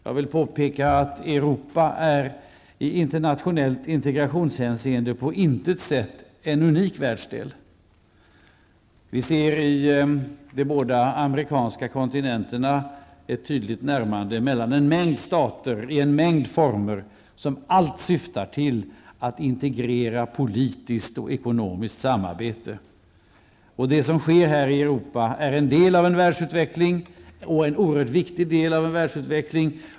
Jag vill påpeka att Europa i internationellt integrationshänseende på intet sätt är en unik världsdel. I de båda amerikanska kontinenterna ser vi ett tydligt närmande mellan en mängd stater i en mängd former, och allt syftar till att integrera politiskt och ekonomiskt samarbete. Det som sker här i Europa är en oerhört viktig del av en världsutveckling.